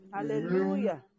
Hallelujah